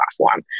platform